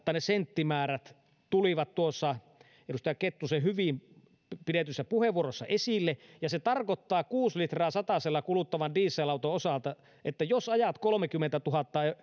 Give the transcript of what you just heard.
ne senttimäärät tuli tuossa edustaja kettusen hyvin pidetyssä puheenvuorossa esille ja se tarkoittaa kuusi litraa satasella kuluttavan dieselauton osalta että jos ajat kolmekymmentätuhatta